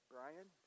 Brian